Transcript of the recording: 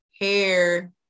hair